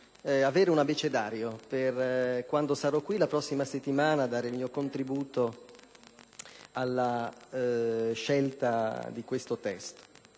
di un abecedario per quando sarò qui la prossima settimana a dare il mio contributo alla scelta di questo testo.